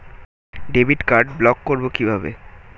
Debit card block করব কিভাবে?